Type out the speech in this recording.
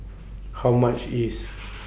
How much IS